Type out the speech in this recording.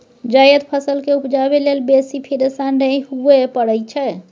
जायद फसल केँ उपजाबै लेल बेसी फिरेशान नहि हुअए परै छै